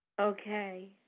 okay